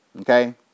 Okay